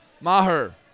Maher